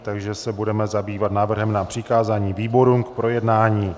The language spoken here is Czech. Takže se budeme zabývat návrhem na přikázání výborům k projednání.